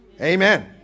Amen